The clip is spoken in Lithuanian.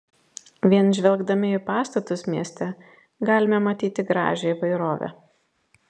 vien žvelgdami į pastatus mieste galime matyti gražią įvairovę